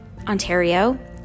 Ontario